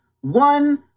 one